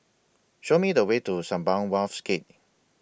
Show Me The Way to Sembawang Wharves Gate